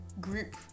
group